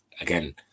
again